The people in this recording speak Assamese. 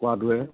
কোৱাটোৱে